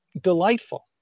delightful